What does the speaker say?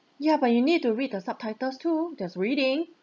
ya but you need to read the subtitles too that's reading